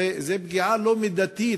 זו פגיעה לא מידתית,